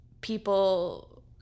people